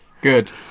good